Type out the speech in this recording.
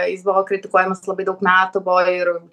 jis buvo kritikuojamas labai daug metų buvo ir